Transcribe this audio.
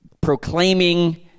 proclaiming